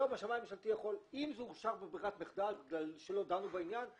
אם זה אושר בברירת מחדל בגלל שלא דנו בעניין,